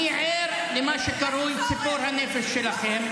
אני ער למה שקרוי ציפור הנפש שלכם,